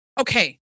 Okay